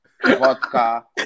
vodka